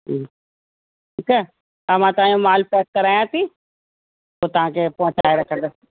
ठीकु आहे त मां तव्हांजो माल पैक करायां थी पोइ तव्हांखे पहुचाए रखंदसि